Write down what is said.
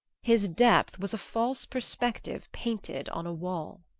his depth was a false perspective painted on a wall.